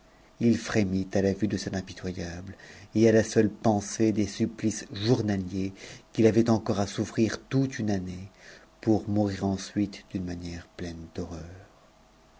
f frémit à la vue de cette impitoyable et à la seule pensée des supplices journaliers qu'il avait encore à souffrir toute une année pour mourir ensuite d'une manière pleine d'horreur